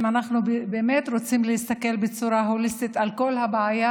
אם אנחנו באמת רוצים להסתכל בצורה הוליסטית על כל הבעיה,